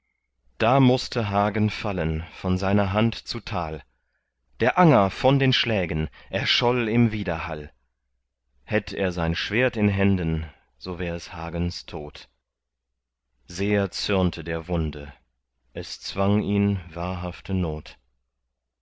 da mußte hagen fallen von seiner hand zu tal der anger von den schlägen erscholl im widerhall hätt er sein schwert in händen so wär es hagens tod sehr zürnte der wunde es zwang ihn wahrhafte not